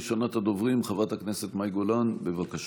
ראשונת הדוברים, חברת הכנסת מאי גולן, בבקשה.